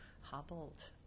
hobbled